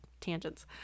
Tangents